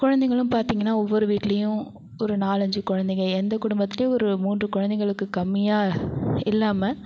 குலந்தைங்களும் பார்த்தீங்கன்னா ஒவ்வொரு வீட்லையும் ஒரு நாலஞ்சு குலந்தைங்க எந்த குடும்பத்துலையும் ஒரு மூன்று குலந்தைங்களுக்கு கம்மியாக இல்லாமல்